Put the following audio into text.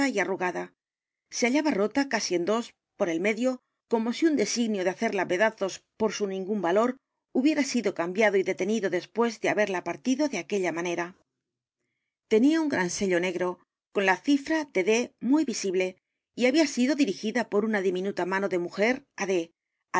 a se hallaba rota casi en dos por el medio como si un d e s i g nio de hacerla pedazos por su ningún valor hubiera sido cambiado y detenido después de haberla partido de aquella manera tenía un g r a n sello n e g r o con la cifra de d muy visible y había sido dirigida por una diminutiva mano de mujer